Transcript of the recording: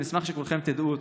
ואני אשמח שכולכם תדעו אותו: